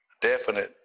definite